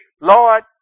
Lord